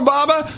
Baba